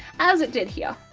as it did here.